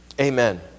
Amen